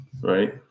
right